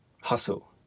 hustle